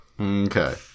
Okay